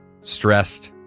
stressed